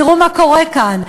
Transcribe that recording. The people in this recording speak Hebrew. תראו מה קורה כאן,